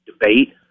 debate